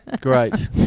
great